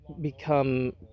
become